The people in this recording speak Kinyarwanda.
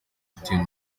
utuye